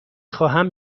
خواهم